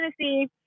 tennessee